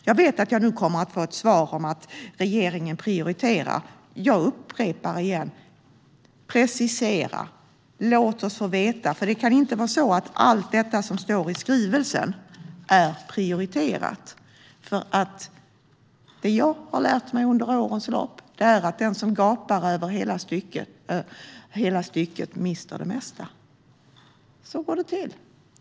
Jag vet att jag kommer att få ett svar om att regeringen prioriterar. Jag upprepar igen: Precisera, och låt oss få veta! Det kan inte vara så att allt det som står i skrivelsen är prioriterat. Det som jag har lärt mig under årens lopp är att den som gapar efter mycket mister ofta hela stycket. Så går det till.